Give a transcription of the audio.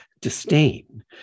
disdain